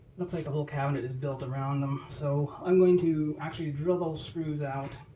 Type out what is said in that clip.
looks like the whole cabinet is built around them, so i'm going to actually drill those screws out.